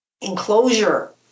enclosure